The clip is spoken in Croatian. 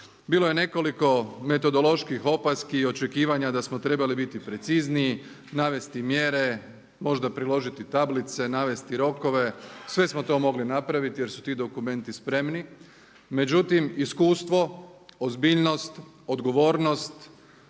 Bilo je nekoliko metodoloških opaski i očekivanja da smo trebali biti precizniji, navesti mjere, možda priložiti tablice, navesti rokove, sve smo to mogli napraviti jer su ti dokumenti spremni. Međutim iskustvo, ozbiljnost, odgovornost,